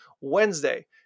wednesday